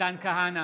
מתן כהנא,